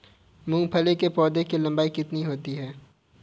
मूंगफली के पौधे की लंबाई कितनी होती है?